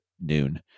noon